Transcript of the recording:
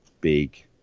big